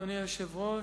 אדוני היושב-ראש,